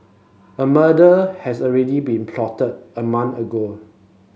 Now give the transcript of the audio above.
a murder has already been plotted a month ago